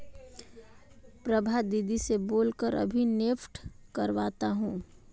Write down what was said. प्रभा दीदी से बोल कर अभी नेफ्ट करवाता हूं